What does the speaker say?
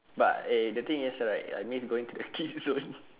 but eh the thing is like I miss going to the kids zone